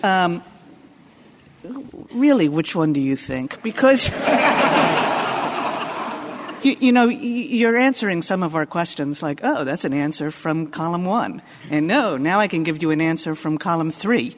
don't really which one do you think because you know you're answering some of our questions like oh that's an answer from column one and no now i can give you an answer from column three